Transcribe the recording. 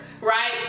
right